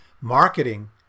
Marketing